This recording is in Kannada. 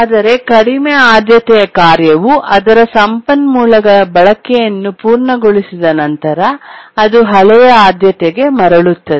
ಆದರೆ ಕಡಿಮೆ ಆದ್ಯತೆಯ ಕಾರ್ಯವು ಅದರ ಸಂಪನ್ಮೂಲಗಳ ಬಳಕೆಗಳನ್ನು ಪೂರ್ಣಗೊಳಿಸಿದ ನಂತರ ಅದು ಹಳೆಯ ಆದ್ಯತೆಗೆ ಮರಳುತ್ತದೆ